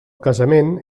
casament